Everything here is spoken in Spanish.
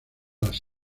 las